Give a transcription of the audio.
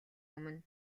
өмнө